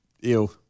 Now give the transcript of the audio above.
Ew